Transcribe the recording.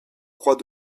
rois